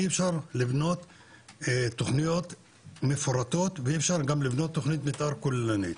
אי אפשר לבנות תוכניות מפורטות ואי אפשר גם לבנות תכנית מתאר כוללנית.